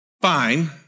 fine